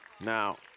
Now